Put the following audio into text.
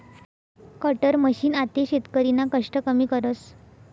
cutter machine आते शेतकरीना कष्ट कमी करस